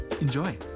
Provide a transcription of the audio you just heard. Enjoy